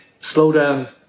slowdown